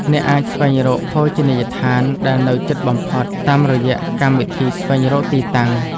អ្នកអាចស្វែងរកភោជនីយដ្ឋានដែលនៅជិតបំផុត តាមរយៈកម្មវិធីស្វែងរកទីតាំង។